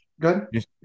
good